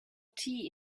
tea